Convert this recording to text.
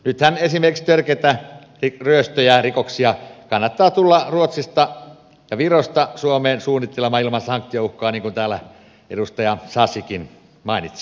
nythän esimerkiksi törkeitä ryöstöjä ja rikoksia kannattaa tulla ruotsista ja virosta suomeen suunnittelemaan ilman sanktiouhkaa niin kuin täällä edustaja sasikin mainitsi